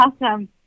Awesome